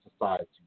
Society